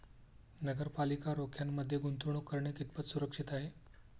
नगरपालिका रोख्यांमध्ये गुंतवणूक करणे कितपत सुरक्षित आहे?